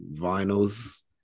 Vinyls